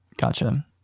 Gotcha